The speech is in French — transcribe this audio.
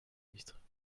ministre